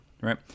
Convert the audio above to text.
right